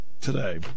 today